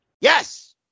Yes